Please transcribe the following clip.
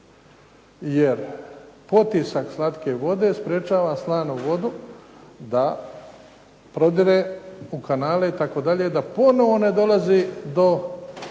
jer potisak slatke vode sprječava slanu vodu da prodire u kanale itd. da ponovno ne dolazi do